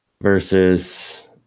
versus